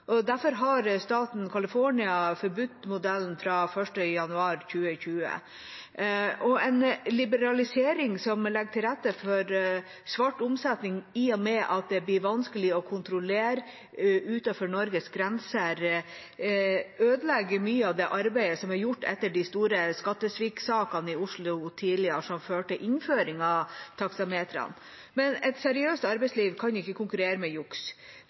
og derfor har staten California forbudt modellen fra 1. januar 2020. En liberalisering som legger til rette for svart omsetning, i og med at det blir vanskelig å kontrollere utenfor Norges grenser, ødelegger mye av det arbeidet som er gjort etter de store skattesviksakene i Oslo tidligere, og som førte til innføring av taksametrene. Men et seriøst arbeidsliv kan ikke konkurrere med juks.